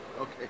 Okay